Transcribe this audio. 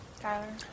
Tyler